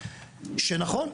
שנכון,